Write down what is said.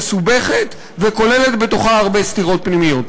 מסובכת וכוללת בתוכה הרבה סתירות פנימיות.